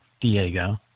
Diego